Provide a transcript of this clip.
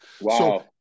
Wow